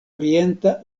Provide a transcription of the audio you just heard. orienta